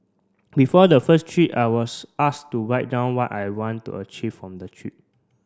before the first trip I was asked to write down what I want to achieve from the trip